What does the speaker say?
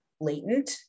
latent